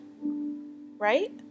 right